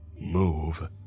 Move